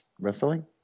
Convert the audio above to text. wrestling